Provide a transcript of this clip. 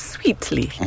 Sweetly